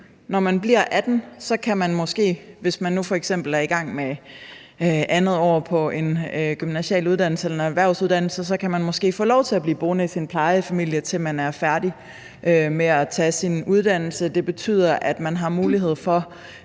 når man bliver 18 år, kan man måske, hvis man nu f.eks. er i gang med andet år på en gymnasial uddannelse eller en erhvervsuddannelse, få lov til at blive boende i sin plejefamilie, til man er færdig med at tage sin uddannelse. Det betyder, at man har mulighed for,